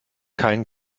kein